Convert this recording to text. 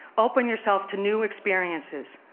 open yourself to new experiences.